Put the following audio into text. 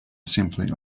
simply